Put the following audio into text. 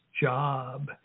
job